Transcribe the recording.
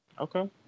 okay